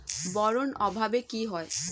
Boron অভাবে কি হয়?